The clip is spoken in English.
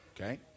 Okay